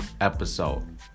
episode